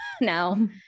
now